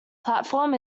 platform